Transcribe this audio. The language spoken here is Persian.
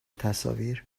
تصاویر